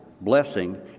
blessing